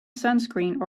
sunscreen